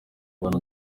abantu